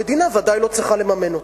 המדינה בוודאי לא צריכה לממן אותו.